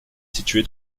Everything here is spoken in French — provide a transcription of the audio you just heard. située